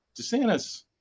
DeSantis